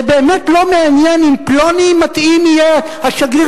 זה באמת לא מעניין אם פלוני מתאים יהיה השגריר